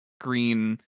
green